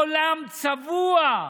עולם צבוע.